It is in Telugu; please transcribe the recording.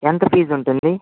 ఎంత ఫీజు ఉంటుంది